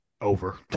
over